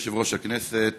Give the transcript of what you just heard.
אדוני יושב-ראש הכנסת,